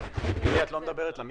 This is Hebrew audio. השלטון